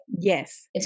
yes